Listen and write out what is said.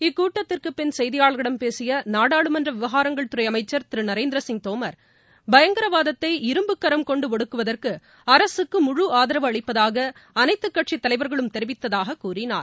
இக்கூட்டத்திற்குப் பின் செய்தியாளர்களிடம் பேசிய நாடாளுமன்ற விவகாரங்கள் துறை அமைச்சர் திரு நரேந்திர சிங் தோமர் பயங்கரவாதத்தை இரும்புக் கரம் கொண்டு ஒடுக்குவதற்கு அரசுக்கு முழு ஆதரவு அளிப்பதாக அனைத்துக் கட்சித் தலைவர்களும் தெரிவித்ததாகக் கூறினார்